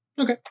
Okay